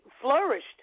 flourished